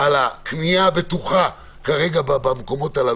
על הקנייה הבטוחה כרגע במקומות האלה